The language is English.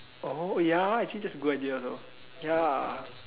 oh ya actually that's a good idea also ya